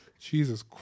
Jesus